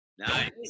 Nice